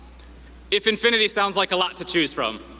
if infinity sounds like a lot to choose from,